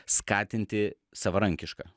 skatinti savarankišką